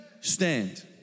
stand